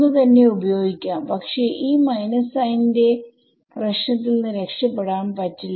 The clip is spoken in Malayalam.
ഒന്ന് തന്നെ ഉപയോഗിക്കാം പക്ഷെ ഈ മൈനസ് സൈൻ ന്റെ പ്രശ്നത്തിൽ നിന്ന് രക്ഷപ്പെടാൻ പറ്റില്ല